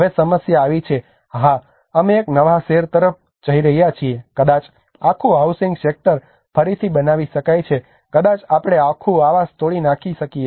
હવે સમસ્યા આવી છે હા અમે એક નવા શહેર તરફ જઈ રહ્યા છીએ કદાચ આખું હાઉસિંગ સેક્ટર ફરીથી બનાવી શકાય છે કદાચ આપણે આખું આવાસ તોડી નાખી શકીએ